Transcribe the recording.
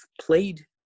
played